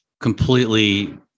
completely